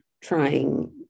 trying